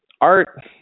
art